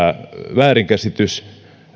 väärinkäsitys